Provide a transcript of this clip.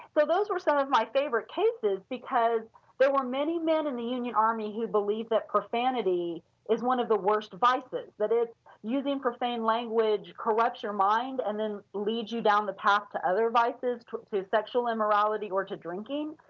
but those were some of my favorite cases because they were many men in the union army who believed that profanity is one of the worst vices. that it is using profane language corrupts your mind and then leads you down the path to other vices, to to sexual immorality or to drinking.